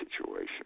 situation